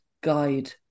guide